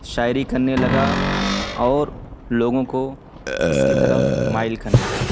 شاعری کرنے لگا اور لوگوں کو اس کی طرف مائل کرنے لگا